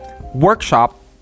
workshop